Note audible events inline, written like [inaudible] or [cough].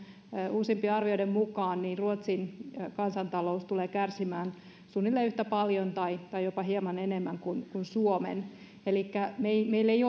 uusimpien arvioiden mukaan ruotsin kansantalous tulee kärsimään suunnilleen yhtä paljon tai tai jopa hieman enemmän kuin kuin suomen elikkä meillä meillä ei [unintelligible]